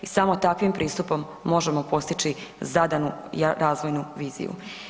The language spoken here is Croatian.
I samo takvim pristupom možemo postići zadanu razvojnu viziju.